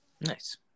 Nice